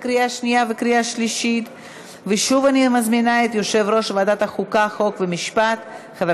עברה בקריאה שנייה וקריאה שלישית ונכנסת לספר החוקים של